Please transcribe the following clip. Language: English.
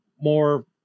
more